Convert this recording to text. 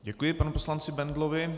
Děkuji panu poslanci Bendlovi.